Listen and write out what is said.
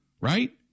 right